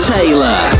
Taylor